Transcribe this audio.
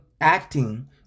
acting